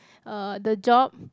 uh the job